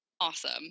awesome